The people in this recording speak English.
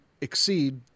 exceed